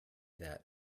that